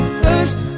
first